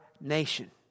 nation